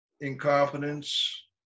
incompetence